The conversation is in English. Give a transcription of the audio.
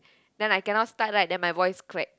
then I cannot start right then my voice crack